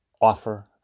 offer